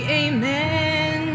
amen